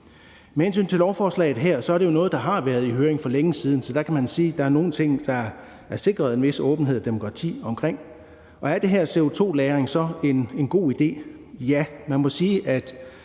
Med hensyn til lovforslaget her er det jo noget, der har været i høring for længe siden, så der kan man sige, at der er nogle ting, som der er sikret en vis åbenhed og demokrati omkring. Og er det her med CO2-lagring så en god idé? Ja, man må sige, at